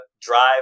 drive